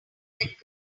that